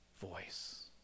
voice